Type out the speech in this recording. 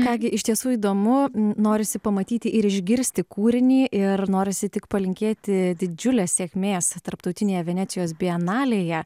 ką gi iš tiesų įdomu norisi pamatyti ir išgirsti kūrinį ir norisi tik palinkėti didžiulės sėkmės tarptautinėje venecijos bienalėje